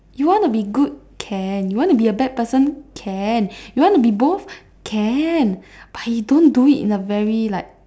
you want to be good can you want to be a bad person can you want to be both can but you don't do it in a very like